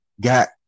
got